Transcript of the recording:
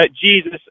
Jesus